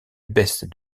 baisse